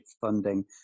funding